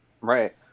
Right